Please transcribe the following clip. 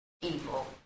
evil